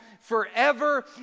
forever